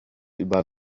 über